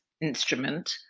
instrument